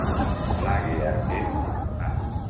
ᱚᱱᱟᱜᱮ ᱟᱨᱠᱤ